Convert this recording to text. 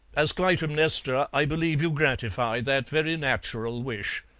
as clytemnestra i believe you gratify that very natural wish.